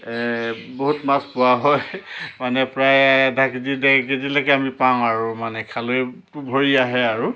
বহুত মাছ পোৱা হয় মানে প্ৰায় আধা কে জি দেৰ কেজিলৈকে আমি পাওঁ আৰু মানে খালৈটো ভৰি আহে আৰু